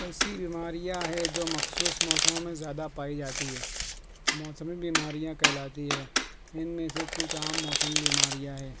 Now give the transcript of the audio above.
ایسی بیماریاں ہے جو مخصوص موسموں میں زیادہ پائی جاتی ہے موسمی بیماریاں کہلاتی ہے جن میں سے کچھ عام موسمی بیماریاں ہے